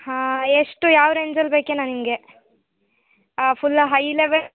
ಹಾಂ ಎಷ್ಟು ಯಾವ ರೇಂಜಲ್ಲಿ ಬೇಕೆನೋ ನಿಮಗೆ ಫುಲ್ಲ ಹೈ ಲೆವೆಲ್